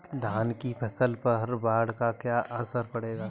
धान की फसल पर बाढ़ का क्या असर होगा?